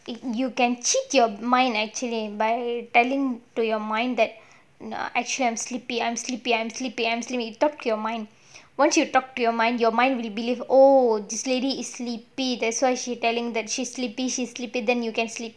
you can cheat your mind actually by telling to your mind that actually I'm sleepy I'm sleepy I'm sleepy I'm sleepy talk to your mind once you talk to your mind your mind will believe oh this lady is sleepy that's why she telling that she's sleepy she's sleepy then you can sleep